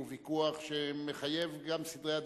הוא ויכוח שמחייב גם סדרי עדיפויות.